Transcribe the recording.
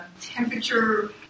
temperature